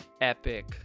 epic